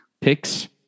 picks